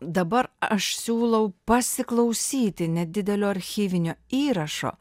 dabar aš siūlau pasiklausyti nedidelio archyvinio įrašo